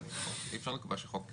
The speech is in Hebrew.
אז זה לחלופין של 6,